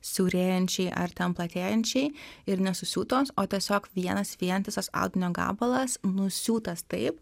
siaurėjančiai ar ten platėjančiai ir nesusiūtos o tiesiog vienas vientisas audinio gabalas nusiūtas taip